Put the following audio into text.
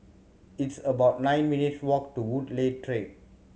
it's about nine minutes' walk to Woodleigh Track